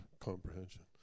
comprehension